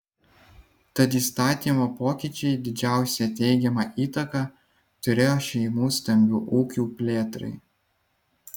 tad įstatymo pokyčiai didžiausią teigiamą įtaką turėjo šeimų stambių ūkių plėtrai